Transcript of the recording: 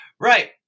Right